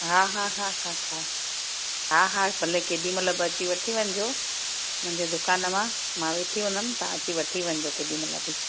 हा हा हा हा हा हा हा भले केॾी महिल बि अची वठी वञिजो मुंहिंजे दुकानु मां मां वेठी हुदंमि तव्हां अची वठी वञिजो केॾी महिल बि